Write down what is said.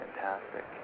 Fantastic